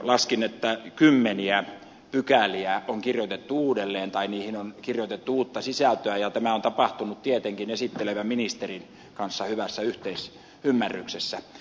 laskin että kymmeniä pykäliä on kirjoitettu uudelleen tai niihin on kirjoitettu uutta sisältöä ja tämä on tapahtunut tietenkin esittelevän ministerin kanssa hyvässä yhteisymmärryksessä